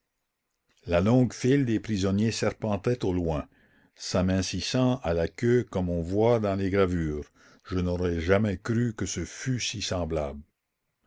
la longue file des prisonniers serpentait au loin s'amincissant à la queue comme on voit dans les gravures je n'aurais jamais cru que ce fût si semblable